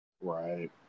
right